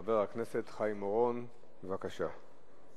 חבר הכנסת חיים אורון, בבקשה.